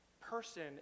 person